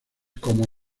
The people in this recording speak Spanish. como